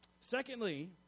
Secondly